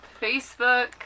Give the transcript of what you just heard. Facebook